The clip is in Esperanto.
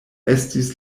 estis